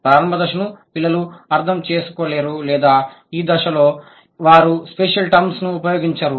ప్రారంభ దశను పిల్లలు అర్థం చేసుకోలేరు లేదా ఈ దశలో వారు స్పేషియల్ టర్మ్స్ ను ఉపయోగించరు